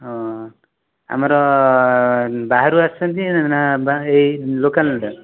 ହଁ ଆମର ବାହାରୁ ଆସନ୍ତି ନା ଏଇ ଲୋକାଲଟା